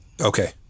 Okay